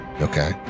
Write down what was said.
Okay